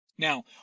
Now